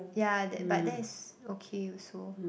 yeah that but that's okay also